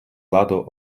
ладу